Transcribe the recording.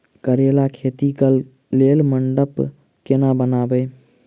करेला खेती कऽ लेल मंडप केना बनैबे?